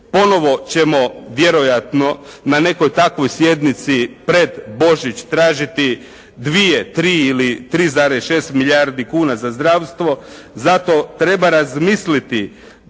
ponovo ćemo vjerojatno na nekoj takvoj sjednici pred Božić tražiti dvije, tri ili 3,6 milijardi kuna za zdravstvo. Zato treba razmisliti da